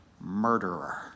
murderer